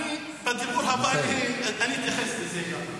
בדיבור הבא אני אתייחס גם לזה.